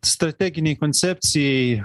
strateginei koncepcijai